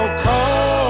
cold